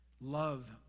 love